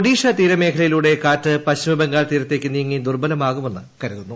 ഒഡീഷ തീരമേഖലയിലൂടെ കാറ്റ് പശ്ചിമബംഗാൾ തീരത്തേയ്ക്ക് നീങ്ങി ദുർബലമാകുമെന്ന് കരുതുന്നു